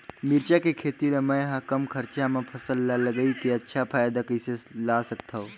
मिरचा के खेती ला मै ह कम खरचा मा फसल ला लगई के अच्छा फायदा कइसे ला सकथव?